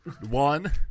one